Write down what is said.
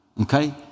okay